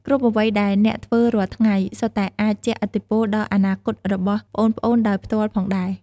គ្រប់អ្វីដែលអ្នកធ្វើរាល់ថ្ងៃ សុទ្ធតែអាចជះឥទ្ធិពលដល់អនាគតរបស់ប្អូនៗដោយផ្ទាល់ផងដែរ ។